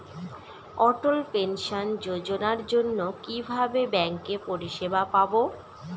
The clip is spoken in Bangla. অটল পেনশন যোজনার জন্য কিভাবে ব্যাঙ্কে পরিষেবা পাবো?